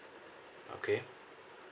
okay